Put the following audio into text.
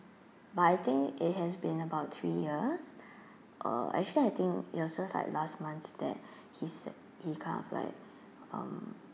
but I think it has been about three years uh actually I think it was just like last month that he sa~ he kind of like uh